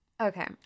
Okay